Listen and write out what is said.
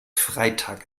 freitag